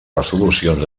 resolucions